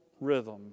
Rhythm